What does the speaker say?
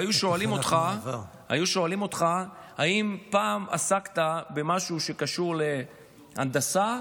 והיו שואלים אותך אם פעם עסקת במשהו שקשור להנדסה,